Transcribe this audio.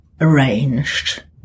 arranged